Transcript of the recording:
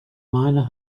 miner